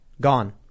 gone